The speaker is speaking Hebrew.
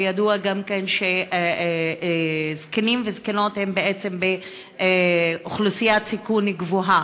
וידוע גם כן שזקנים וזקנות הם בעצם אוכלוסייה בסיכון גבוה.